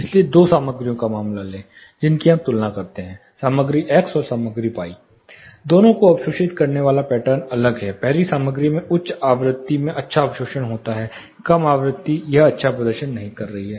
इसलिए दो सामग्रियों का मामला लें जिनकी हम तुलना कर रहे थे सामग्री x और सामग्री y दोनों को अवशोषित करने वाला पैटर्न अलग है पहली सामग्री में उच्च आवृत्ति में अच्छा अवशोषण होता है कम आवृत्ति यह अच्छा प्रदर्शन नहीं कर रही है